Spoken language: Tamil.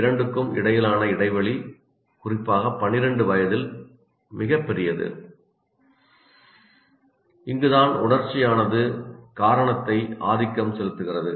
இரண்டுக்கும் இடையிலான இடைவெளி குறிப்பாக 12 வயதில் மிகப் பெரியது இங்குதான் உணர்ச்சியானது காரணத்தை ஆதிக்கம் செலுத்துகிறது